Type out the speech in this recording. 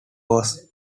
was